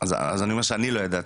אז אני אומר שאני לא ידעתי.